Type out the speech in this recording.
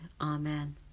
Amen